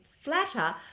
flatter